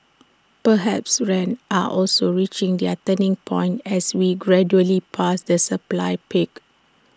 perhaps rents are also reaching their turning point as we gradually pass the supply peak